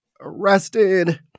arrested